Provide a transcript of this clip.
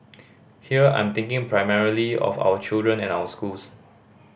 here I'm thinking primarily of our children and our schools